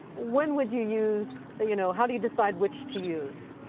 when would you use, you know how do you decide which to use?